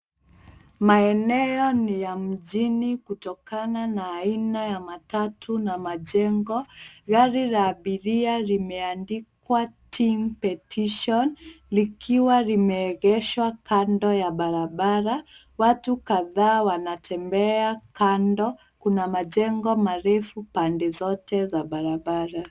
Maeneo ni ya mjini kutokana na aina ya matatu na majengo. Gari la abiria limeandikwa team pertition likiwa limeegeshwa kando ya barabara. Watu kadhaa wanatembea kando, kuna majengo marefu pande zote za barabara.